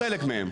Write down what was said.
חלק מהם.